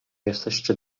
jesteście